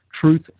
Truth